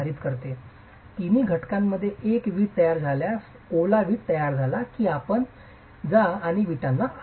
तर एकदा तिन्ही घटनांमध्ये एकदा वीट तयार झाल्यावर ओला विट तयार झाला की आपण जा आणि विटांना आग लावा